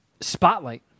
Spotlight